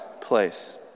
place